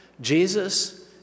Jesus